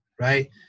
right